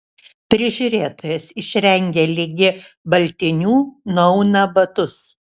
prižiūrėtojas išrengia ligi baltinių nuauna batus